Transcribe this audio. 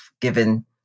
given